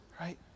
right